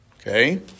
Okay